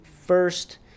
first